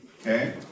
Okay